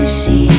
see